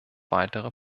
weitere